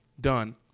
Done